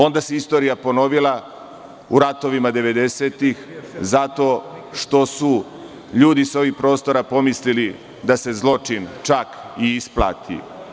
Istorija se onda ponovila u ratovima 90-ih godina, zato što su ljudi sa ovih prostora pomislili da se zločin čak i isplati.